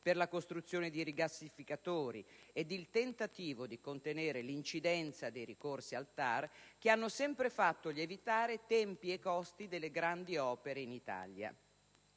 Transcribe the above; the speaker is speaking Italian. per la costruzione di rigassificatori ed il tentativo di contenere l'incidenza dei ricorsi al TAR che hanno sempre fatto lievitare tempi e costi delle grandi opere in Italia.